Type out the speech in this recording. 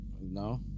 No